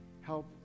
Help